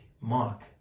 mark